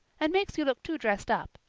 and makes you look too dressed up.